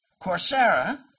Coursera